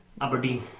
Aberdeen